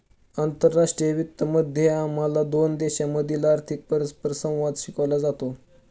आंतरराष्ट्रीय वित्त मध्ये आम्हाला दोन देशांमधील आर्थिक परस्परसंवादाबद्दल शिकवले जाते